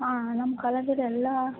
ಆಂ ನಮ್ಮ ಕಾಲೇಜಲ್ ಎಲ್ಲ